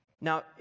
Now